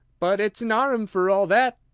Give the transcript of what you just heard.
but it's an arm for all that.